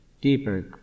deeper